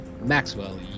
Maxwell